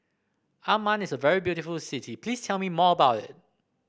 Amman is a very beautiful city please tell me more about it